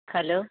hello